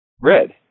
Red